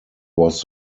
was